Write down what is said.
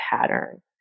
pattern